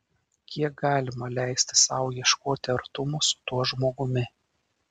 kiek galima leisti sau ieškoti artumo su tuo žmogumi